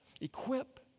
equip